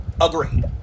Agreed